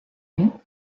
you